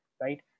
right